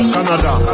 Canada